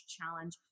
challenge